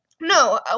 No